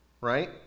right